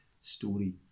story